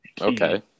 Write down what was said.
Okay